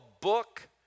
book